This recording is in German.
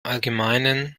allgemeinen